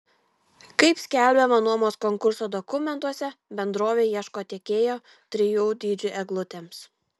kaip skelbiama nuomos konkurso dokumentuose bendrovė ieško tiekėjo trijų dydžių eglutėms